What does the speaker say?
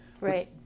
Right